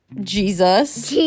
Jesus